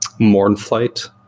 Mournflight